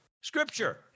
Scripture